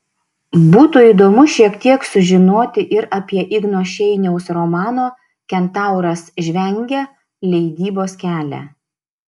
būtų įdomu šiek tiek sužinoti ir apie igno šeiniaus romano kentauras žvengia leidybos kelią